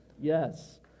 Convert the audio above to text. Yes